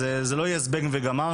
אז זה לא יהיה זבנג וגמרנו,